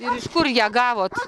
ir iš kur ją gavot